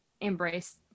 embrace